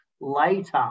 later